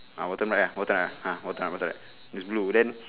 ah bottom red uh bottom ah bottom bottom that's blue then